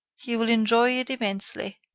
he will enjoy it immensely.